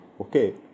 Okay